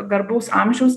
garbaus amžiaus